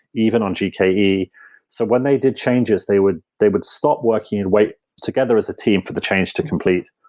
even on gke. so when they did changes, they would they would stop working and wait together as a team for the change to complete.